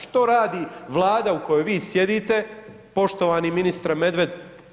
Što radi Vlada u kojoj vi sjedite, poštovani ministre Medved?